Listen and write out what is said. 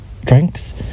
drinks